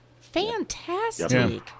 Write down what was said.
Fantastic